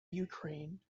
ukraine